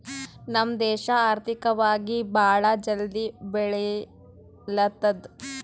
ನಮ್ ದೇಶ ಆರ್ಥಿಕವಾಗಿ ಭಾಳ ಜಲ್ದಿ ಬೆಳಿಲತ್ತದ್